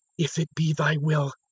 if it be thy will,